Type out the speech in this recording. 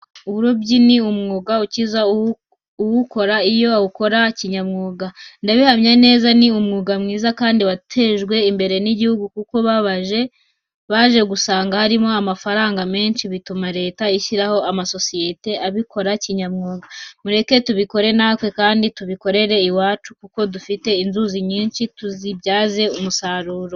Uburobyi ni umwuga ukiza uwukora iyo awukora kinyamwuga. Ndabihamya neza ni umwuga mwiza kandi watejwe imbere n'igihugu kuko baje gusanga harimo amafaranga menshi bituma na Leta ishyiraho amasosiyete abikora kinyamwuga. Mureke tubikore natwe kandi tubikorere iwacu kuko dufite inzuzi nyinshi tuzibyaze umusaruro.